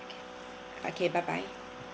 okay bye bye